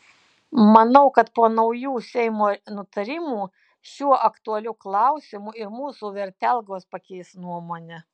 manau kad po naujų seimo nutarimų šiuo aktualiu klausimu ir mūsų vertelgos pakeis nuomonę